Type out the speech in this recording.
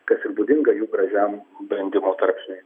kas ir būdinga jų gražiam brendimo tarpsniui